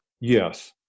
Yes